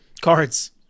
cards